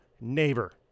neighbor